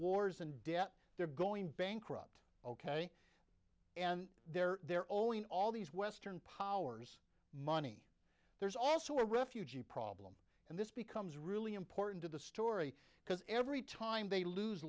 wars and debt they're going bankrupt ok and they're they're all in all these western powers money there's also a refugee problem and this becomes really important to the story because every time they lose